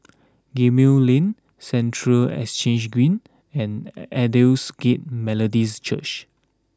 Gemmill Lane Central Exchange Green and Aldersgate Methodist Church